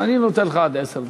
אני נותן לך עד עשר דקות.